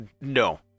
No